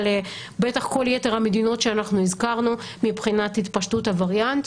לכל יתר המדינות שהזכרנו מבחינת התפשטות הווריאנט,